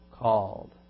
Called